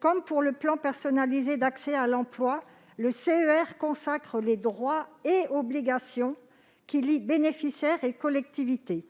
Comme pour le projet personnalisé d'accès à l'emploi (PPAE), le CER consacre des droits et obligations qui lient bénéficiaires et collectivités.